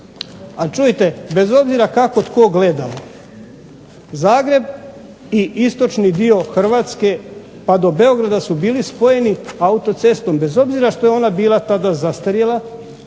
A čujte, bez obzira kako tko gledao Zagreb i istočni dio Hrvatske pa do Beograda su bili spojeni autocestom bez obzira što je ona bila tada zastarjela